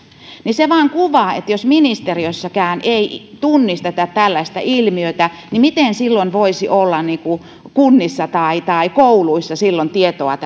se vain kuvaa tätä tilannetta jos ministeriössäkään ei tunnisteta tällaista ilmiötä niin miten voisi olla kunnissa tai tai kouluissa silloin tietoa